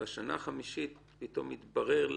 ובשנה החמישית פתאום התברר,